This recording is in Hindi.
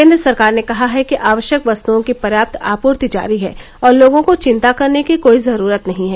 केन्द्र सरकार ने कहा है कि आवश्यक वस्तुओं की पर्याप्त आपूर्ति जारी है और लोगों को चिंता करने की कोई जरूरत नहीं है